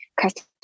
customer